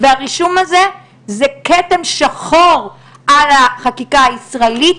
הרישום הזה הוא כתם שחור על החקיקה הישראלית.